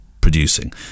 producing